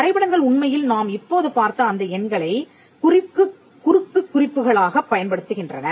வரைபடங்கள் உண்மையில் நாம் இப்போது பார்த்த அந்த எண்களை குறுக்குக் குறிப்புகளாகப் பயன்படுத்துகின்றன